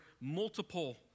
multiple